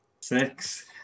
Six